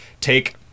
take